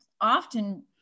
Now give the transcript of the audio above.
often